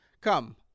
Come